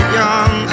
young